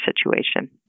situation